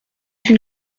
une